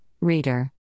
Reader